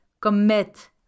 commit